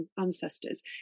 ancestors